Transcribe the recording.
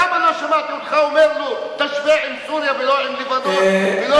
למה לא שמעתי אותך אומר לו: תשווה עם סוריה ולא עם לבנון ולא,